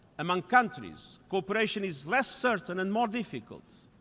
among countries, cooperation is less certain and more difficult.